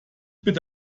bitte